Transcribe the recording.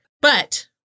But-